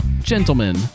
gentlemen